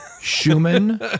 Schumann